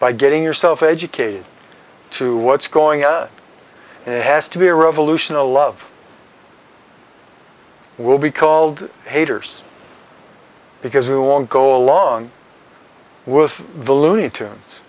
by getting yourself educated to what's going on and it has to be a revolution a lot of will be called haters because we won't go along with the loony tunes